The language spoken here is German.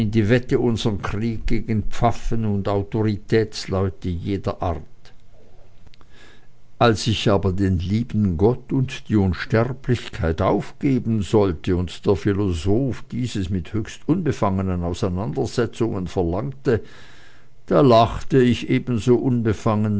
die wette unsern krieg gegen pfaffen und autoritätsleute jeder art als ich aber den lieben gott und die unsterblichkeit aufgeben sollte und der philosoph dieses mit höchst unbefangenen auseinandersetzungen verlangte da lachte ich ebenso unbefangen